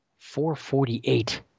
448